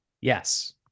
Yes